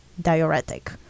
diuretic